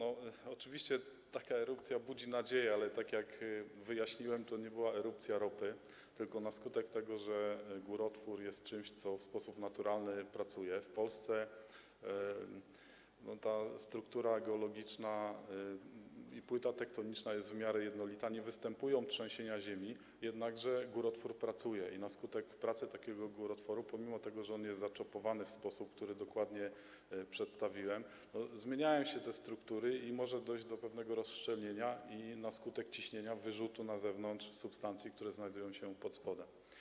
Oczywiście taka erupcja budzi nadzieje, ale tak jak wyjaśniłem, to nie była erupcja ropy, tylko na skutek tego, że górotwór jest czymś, co w sposób naturalny pracuje - w Polsce struktura geologiczna i płyta tektoniczna jest w miarę jednolita, nie występują trzęsienia ziemi, jednakże górotwór pracuje - na skutek pracy takiego górotworu pomimo to, że jest on zaczopowany w sposób, który dokładnie przedstawiłem, zmieniają się struktury i może dojść do pewnego rozszczelnienia i na skutek ciśnienia wyrzutu na zewnątrz substancji, które znajdują się pod spodem.